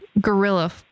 gorilla